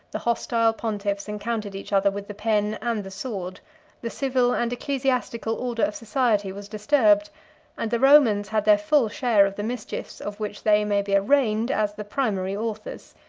the hostile pontiffs encountered each other with the pen and the sword the civil and ecclesiastical order of society was disturbed and the romans had their full share of the mischiefs of which they may be arraigned as the primary authors.